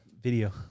video